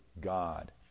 God